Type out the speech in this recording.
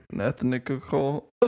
ethnical